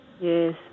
Yes